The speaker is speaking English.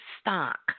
stock